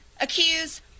accuse